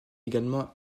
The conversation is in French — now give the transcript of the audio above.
également